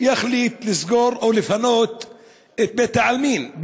יחליט לסגור או לפנות את בית-העלמין,